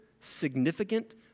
significant